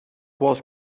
was